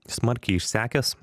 smarkiai išsekęs